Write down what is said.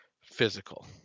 physical